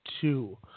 two